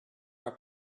are